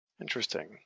Interesting